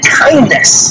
kindness